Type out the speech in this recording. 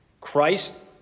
Christ